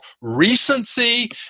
recency